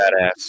Badass